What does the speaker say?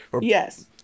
Yes